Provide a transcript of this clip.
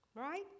right